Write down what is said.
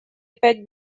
опять